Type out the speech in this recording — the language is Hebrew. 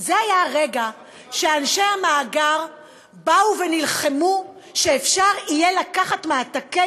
זה היה הרגע שאנשי המאגר נלחמו על זה שיהיה אפשר לקחת מעתקי